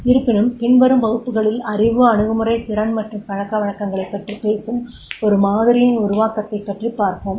இருப்பினும் பின்வரும் வகுப்புகளில் அறிவு அணுகுமுறை திறன் மற்றும் பழக்கவழக்கங்களைப் பற்றி பேசும் ஒரு மாதிரியின் உருவாக்கத்தைப் பற்றிப் பார்ப்போம்